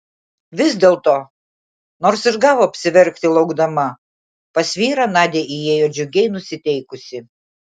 vis dėlto nors ir gavo apsiverkti laukdama pas vyrą nadia įėjo džiugiai nusiteikusi